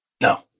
No